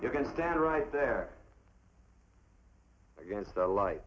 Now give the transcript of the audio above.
you're going to stand right there against the li